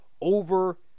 over